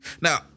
Now